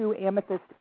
Amethyst